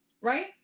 Right